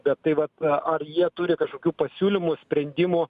bet tai vat ar jie turi kažkokių pasiūlymų sprendimų